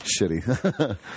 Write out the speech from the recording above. shitty